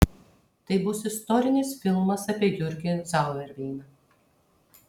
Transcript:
tai bus istorinis filmas apie jurgį zauerveiną